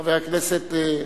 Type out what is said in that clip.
חבר הכנסת.